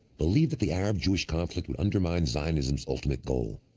believe that the arab jewish conflict would undermine zionism's ultimate goal,